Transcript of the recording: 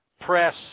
press